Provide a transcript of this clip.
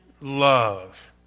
love